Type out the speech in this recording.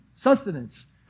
Sustenance